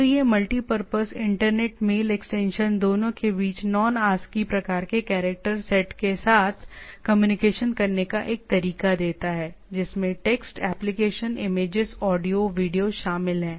तो यह multi purpose internet mail extension दोनों के बीच नॉन आस्की प्रकार के कैरेक्टर सेट के साथ कम्युनिकेशन करने का एक तरीका देता है जिसमें text application images audio video शामिल हैं